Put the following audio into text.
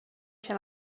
się